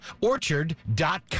Orchard.com